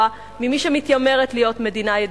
ממי שמתיימרת להיות מדינה ידידותית.